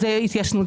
אין התיישנות,